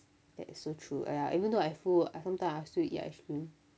that is so true ya even though I full I still eat ice cream